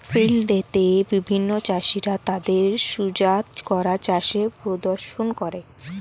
field day তে বিভিন্ন চাষীরা তাদের সুজাত করা চাষের প্রদর্শন করে